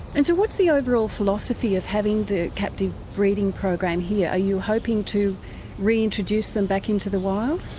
and so what's the overall philosophy of having the captive breeding program here? are you hoping to reintroduce them back into the wild?